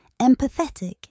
empathetic